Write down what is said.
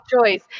choice